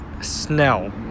Snell